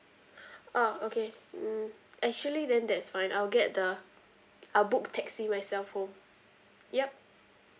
ah okay mm actually then that's fine I'll get the I'll book taxi myself home yup